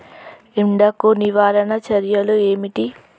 ఎండకు నివారణ చర్యలు ఏమిటి?